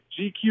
GQ